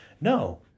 No